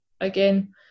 again